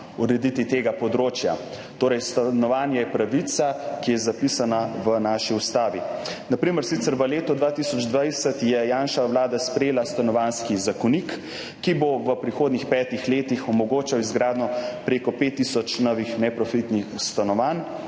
urediti tega področja. Stanovanje je torej pravica, ki je zapisana v naši ustavi. Na primer, v letu 2020 je sicer Janševa vlada sprejela stanovanjski zakonik, ki bo v prihodnjih petih letih omogočal izgradnjo prek 5 tisoč novih neprofitnih stanovanj.